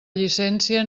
llicència